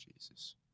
Jesus